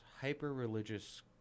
hyper-religious